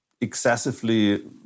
excessively